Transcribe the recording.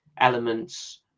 elements